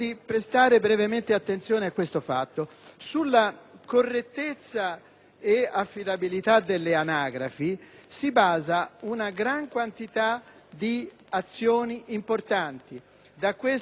e affidabilità delle anagrafi si basa una gran quantità di azioni importanti. Dall'anagrafe dipende, per esempio, la formazione delle liste elettorali;